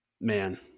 Man